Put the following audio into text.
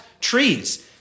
trees